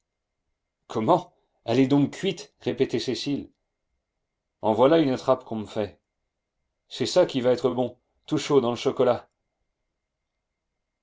comment elle est donc cuite répétait cécile en voilà une attrape qu'on me fait c'est ça qui va être bon tout chaud dans le chocolat